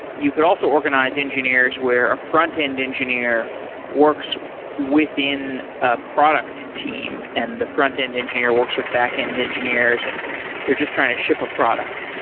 you can also organize engineers where a frontend engineer works within a product team and the frontend engineer works with backend engineers and you're just trying to ship a product.